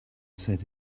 said